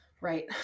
Right